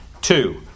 Two